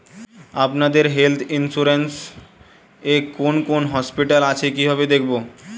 আপনাদের health insurance এ কোন কোন হসপিটাল আছে কিভাবে দেখবো?